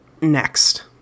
Next